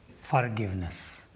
forgiveness